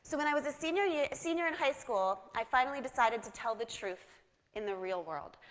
so when i was a senior yeah senior in high school, i finally decided to tell the truth in the real world.